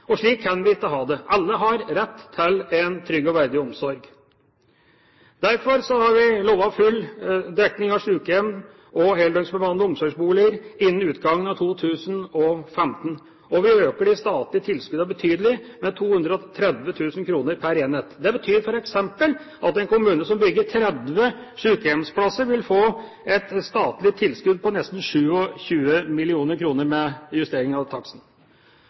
hatt. Slik kan vi ikke ha det. Alle har rett til en trygg og verdig omsorg. Derfor har vi lovet full dekning av sykehjem eller heldøgnsbemannede omsorgsboliger innen utgangen av 2015, og vi øker de statlige tilskuddene betydelig, med 230 000 kr per enhet. Det betyr f.eks. at en kommune som bygger 30 sykehjemsplasser, vil få et statlig tilskudd på nesten 27 mill. kr med justering av taksten.